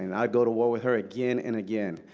and i would go to war with her again and again.